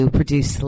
produce